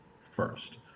first